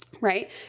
Right